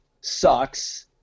sucks